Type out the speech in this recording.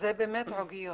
זה באמת עוגיות.